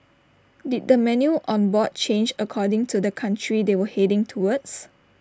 did the menu on board change according to the country they were heading towards